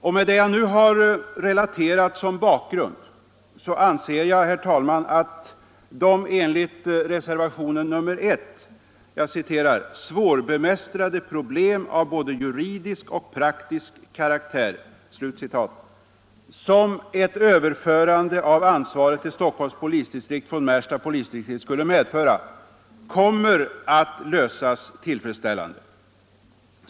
Med det som jag nu har relaterat som bakgrund anser jag, herr talman, att de enligt reservationen 1 ”svårbemästrade problem av både juridisk och praktisk karaktär” som ett överförande av ansvaret till Stockholms polisdistrikt från Märsta polisdistrikt skulle medföra kommer att lösas tillfredsställande.